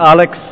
Alex